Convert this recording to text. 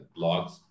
blogs